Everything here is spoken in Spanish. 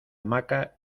hamaca